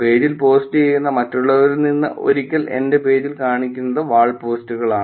പേജിൽ പോസ്റ്റുചെയ്യുന്ന മറ്റുള്ളവരിൽ നിന്ന് ഒരിക്കൽ എന്റെ പേജിൽ കാണിക്കുന്നത് വാൾ പോസ്റ്റുകളാണ്